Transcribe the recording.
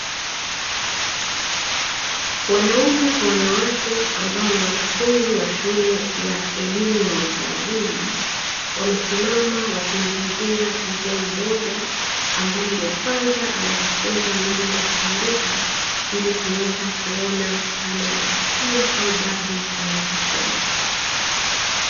Wanaume kwa wanawake ambao ni wanafunzi wa shule ya elimu ya watu wazima. Wamesimama wakimzingira mzee mmoja ambae ndio kwanza anajifunza namna ya kuandika, ili kuweza kuona kama anapatia au bado anakosea.